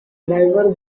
driver